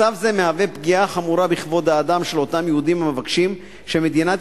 מצב זה מהווה פגיעה חמורה בכבוד האדם של אותם יהודים המבקשים שמדינת